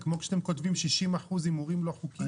זה כמו כשאתם כותבים 60% הימורים לא חוקיים.